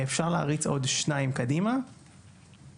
(שקף: לקוחות ושותפים).